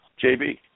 JB